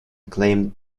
claim